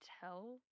tell